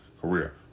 career